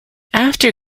after